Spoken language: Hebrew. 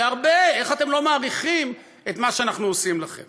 הרבה: איך אתם לא מעריכים את מה שאנחנו עושים לכם